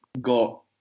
got